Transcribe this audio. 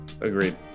Agreed